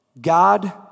God